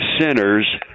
sinners